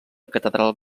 catedral